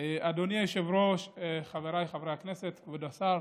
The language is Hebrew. אדוני היושב-ראש, חבריי חברי הכנסת, כבוד השר,